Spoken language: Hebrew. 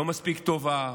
לא מספיק טובה,